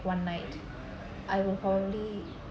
one night I will probably